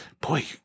boy